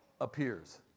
appears